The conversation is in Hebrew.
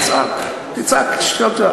תצעק כמה שאתה רוצה.